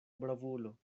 bravulo